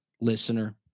Listener